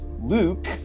Luke